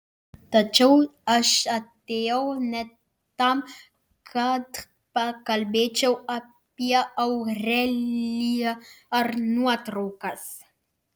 tačiau aš atėjau ne tam kad pakalbėčiau apie aureliją ar nuotraukas